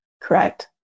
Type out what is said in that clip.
Correct